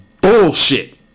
bullshit